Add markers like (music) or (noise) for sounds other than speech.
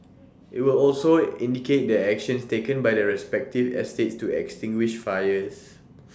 IT will also indicate the actions taken by the respective estates to extinguish fires (noise)